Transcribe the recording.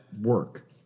work